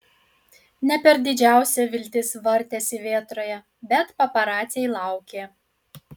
ne per didžiausia viltis vartėsi vėtroje bet paparaciai laukė